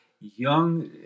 young